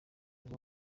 ngo